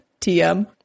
TM